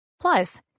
Plus